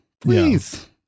please